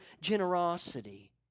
generosity